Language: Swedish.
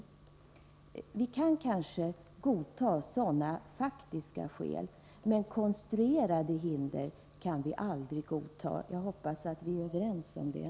Vi kan kanske godta sådana faktiska skäl, men konstruerade hinder kan vi aldrig godta. Jag hoppas att vi är överens om det.